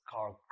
Carl